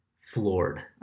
floored